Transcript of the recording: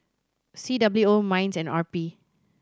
C W O MINDS and R P